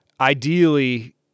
ideally